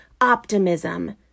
optimism